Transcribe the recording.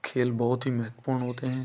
खेल बहुत ही महत्वपूर्ण होते हैं